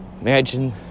Imagine